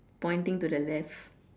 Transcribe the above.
pointing to the left